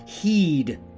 Heed